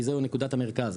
כי זו נקודת המרכז.